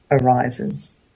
arises